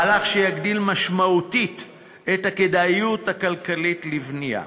מהלך שיגדיל משמעותית את הכדאיות הכלכלית לבנייה.